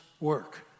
work